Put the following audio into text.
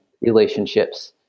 relationships